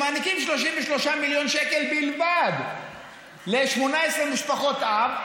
שמעניקים 33 מיליון שקל בלבד ל-18 משפחות-אב,